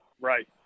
right